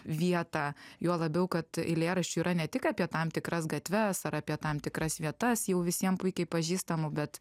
vietą juo labiau kad eilėraščių yra ne tik apie tam tikras gatves ar apie tam tikras vietas jau visiem puikiai pažįstamų bet